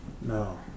No